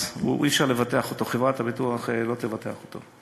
אז אי-אפשר לבטח אותו, חברת הביטוח לא תבטח אותו.